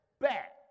back